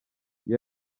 iyo